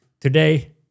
Today